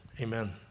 Amen